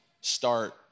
start